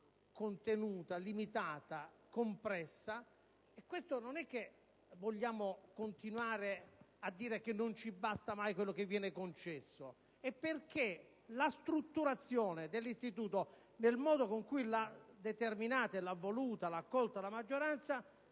contenuta, limitata, compressa. Sia chiaro, non vogliamo continuare a dire che non ci basta mai quello che viene concesso, ma la strutturazione dell'istituto, nel modo con cui l'ha determinata, l'ha voluta e l'ha accolta la maggioranza